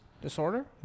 Disorder